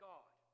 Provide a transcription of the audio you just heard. God